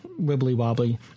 wibbly-wobbly